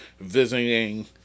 visiting